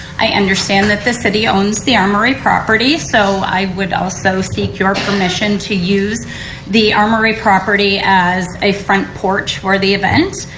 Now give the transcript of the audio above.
i understand that the city owns the armory properties so i would also seek your permission to use the armory property as a front porsche for the event.